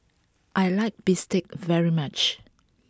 I like Bistake very much